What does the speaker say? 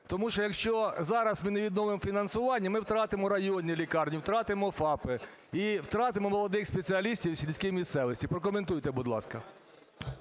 Тому що, якщо зараз ми не відновимо фінансування, ми втратимо районні лікарні, втратимо ФАПи і втратимо молодих спеціалістів у сільській місцевості. Прокоментуйте, будь ласка.